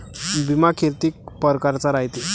बिमा कितीक परकारचा रायते?